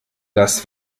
das